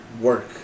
work